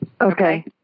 Okay